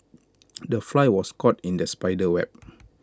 the fly was caught in the spider's web